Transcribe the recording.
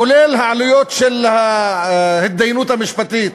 כולל העלויות של ההתדיינות המשפטית.